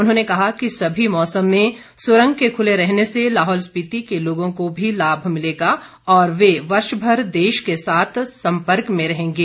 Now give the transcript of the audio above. उन्होंने कहा कि समी मौसमों में सुरंग के खुले रहने से लाहौल स्पीति के लोगों को भी लाभ मिलेगा और वे वर्षभर देश के साथ सम्पर्क में बने रहेंगे